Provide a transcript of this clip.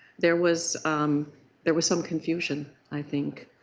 there was um there was some confusion, i think,